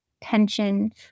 tension